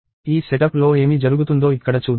ఈ సెటప్లో ఏమి జరుగుతుందో ఇక్కడ చూద్దాం